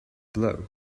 blow